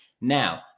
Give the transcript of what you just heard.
now